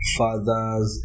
fathers